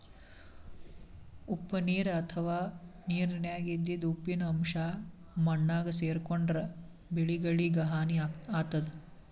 ಉಪ್ಪ್ ನೀರ್ ಅಥವಾ ನೀರಿನ್ಯಾಗ ಇದ್ದಿದ್ ಉಪ್ಪಿನ್ ಅಂಶಾ ಮಣ್ಣಾಗ್ ಸೇರ್ಕೊಂಡ್ರ್ ಬೆಳಿಗಳಿಗ್ ಹಾನಿ ಆತದ್